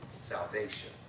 salvation